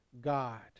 God